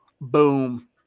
Boom